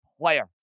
player